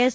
S